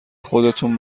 خودتون